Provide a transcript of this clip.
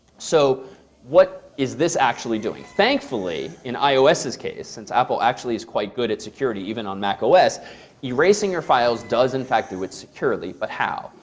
so what is this actually doing? thankfully, in ios's case, since apple actually is quite good at security, even on mac os, erasing your files does in fact do it securely. but how?